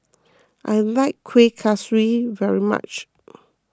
I like Kuih Kaswi very much